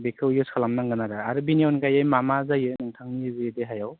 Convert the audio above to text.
बेखौ इउस खालामनांगोन आरो बिनि अनगायै मा मा जायो नोंथांनि जि देहायाव